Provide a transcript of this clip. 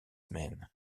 men